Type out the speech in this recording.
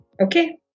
Okay